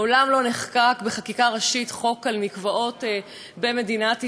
מעולם לא נחקק בחקיקה ראשית חוק על מקוואות במדינת ישראל,